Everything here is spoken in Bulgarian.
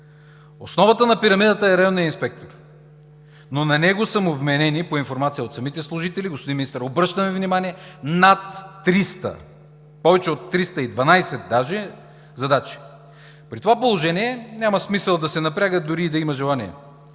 Основата на пирамидата е районният инспектор, но на него са му вменени – по информация от самите служители, господин Министър, обръщам Ви внимание, над 300, даже повече от 312 задачи. При това положение няма смисъл да се напряга, дори и да има желание.